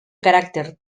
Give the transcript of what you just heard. caràcter